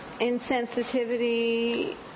insensitivity